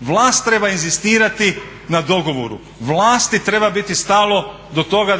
Vlast treba inzistirati na dogovoru, vlasti treba biti stalo do toga